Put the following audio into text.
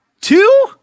Two